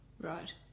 Right